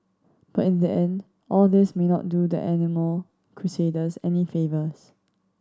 but in the end all this may not do the animal crusaders any favours